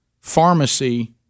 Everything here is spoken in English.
pharmacy